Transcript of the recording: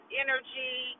energy